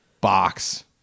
box